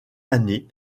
année